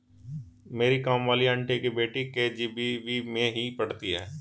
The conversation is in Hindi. मेरी काम वाली आंटी की बेटी के.जी.बी.वी में ही पढ़ती है